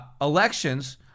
Elections